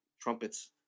trumpets